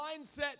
mindset